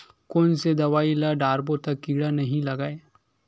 कोन से दवाई ल डारबो त कीड़ा नहीं लगय?